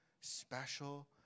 special